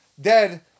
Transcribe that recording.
dead